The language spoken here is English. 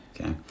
okay